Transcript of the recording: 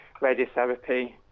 radiotherapy